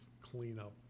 cleanup